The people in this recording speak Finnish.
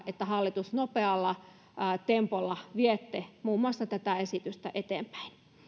että hallitus nopealla tempolla vie muun muassa tätä esitystä eteenpäin